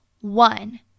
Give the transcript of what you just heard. One